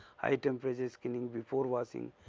high temperature screening before washing,